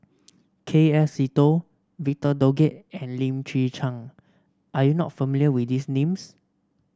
K F Seetoh Victor Doggett and Lim Chwee Chian are you not familiar with these names